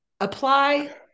apply